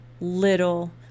Little